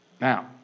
Now